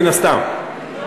מן הסתם,